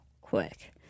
quick